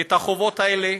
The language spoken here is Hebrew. את החובות האלה?